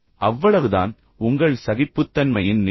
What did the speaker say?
அவ்வளவுதான் உங்கள் சகிப்புத்தன்மையின் நிலை